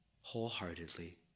wholeheartedly